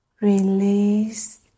release